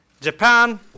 Japan